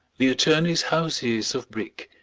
the attorney's house is of brick,